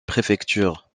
préfecture